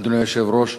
אדוני היושב-ראש,